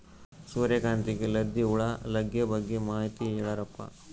ಸೂರ್ಯಕಾಂತಿಗೆ ಲದ್ದಿ ಹುಳ ಲಗ್ಗೆ ಬಗ್ಗೆ ಮಾಹಿತಿ ಹೇಳರಪ್ಪ?